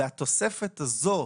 והתוספת הזו,